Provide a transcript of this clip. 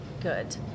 good